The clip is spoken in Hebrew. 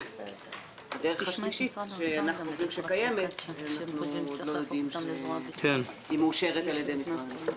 הדרך השלישית שאנחנו יודעים שקיימת עוד לא מאושרת על ידי משרד המשפטים.